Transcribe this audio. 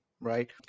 Right